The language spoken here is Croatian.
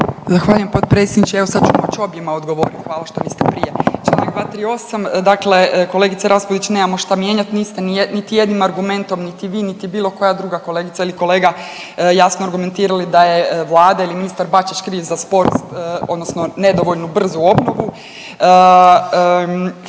Zahvaljujem potpredsjedniče. Evo sad ću moć objema odgovorit, hvala što niste prije. Čl. 238 dakle kolegice Raspudić nemamo šta mijenjat, niste niti jednim argumentom niti vi niti bilo koja druga kolegica ili kolega jasno argumentirali da je Vlada ili ministar Bačić kriv za sporost odnosno nedovoljnu brzu obnovu, htjela